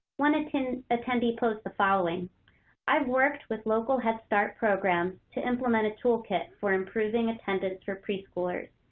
one attendee attendee posted the following i've worked with local head start programs to implement a toolkit for improving attendance for preschoolers,